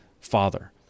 Father